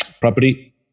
property